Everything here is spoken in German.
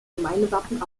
gemeindewappen